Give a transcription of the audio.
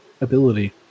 ability